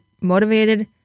motivated